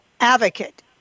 advocate